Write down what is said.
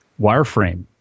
wireframe